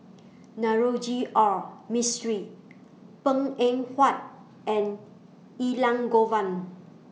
Navroji R Mistri Png Eng Huat and Elangovan